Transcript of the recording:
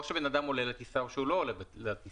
או שבן אדם עולה לטיסה או שהוא לא עולה לטיסה.